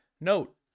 Note